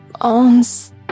owns